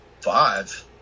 five